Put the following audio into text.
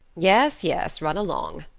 yes, yes, run along,